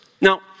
Now